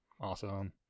Awesome